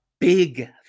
big